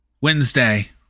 Wednesday